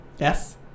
Yes